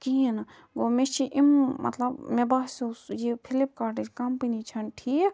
کِہیٖنۍ نہٕ گوٚو مےٚ چھِ یِم مطلب مےٚ باسیٛو سُہ یہِ فِلِپکارٹٕچ کَمپٔنی چھَنہٕ ٹھیٖک